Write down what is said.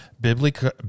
biblical